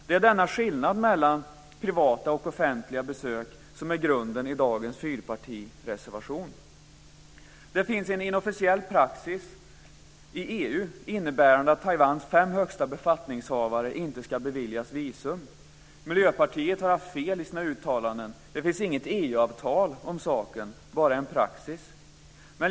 Det är denna skillnad mellan privata och offentliga besök som är grunden i dagens fyrpartireservation. Det finns en inofficiell praxis i EU innebärande att Taiwans fem högsta befattningshavare inte ska beviljas visum. Miljöpartiet har haft fel i sina uttalanden. Det finns inget EU-avtal om saken, bara en praxis.